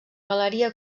galeria